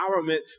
empowerment